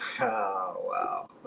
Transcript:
wow